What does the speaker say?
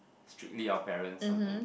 spirit of parents sometimes